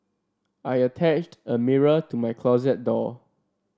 I attached a mirror to my closet door